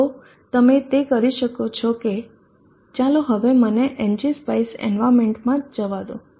તો તમે તે કરી શકો છો કે ચાલો હવે મને ng spice environmentમાં જ જવા દો